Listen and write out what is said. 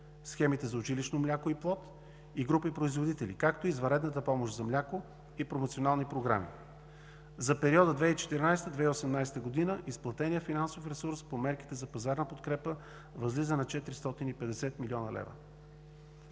схемите за училищно мляко и плод, групи производители, както и извънредната помощ за мляко и промоционални програми. За периода 2014 – 2018 г. изплатеният финансов ресурс по мерките за пазарна подкрепа възлиза на 450 млн. лв.